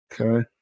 okay